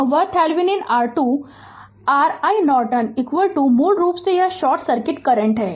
Refer Slide Time 3717 वह Thevenin R2 r iNorton मूल रूप से यह शॉर्ट सर्किट करंट है